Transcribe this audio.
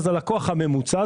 אז הלקוח הממוצע,